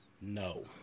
no